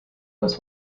was